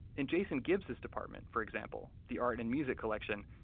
in jason gibbs's department for example, the art and music collection,